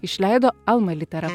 išleido alma litera